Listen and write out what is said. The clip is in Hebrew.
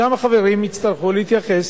שם החברים יצטרכו להתייחס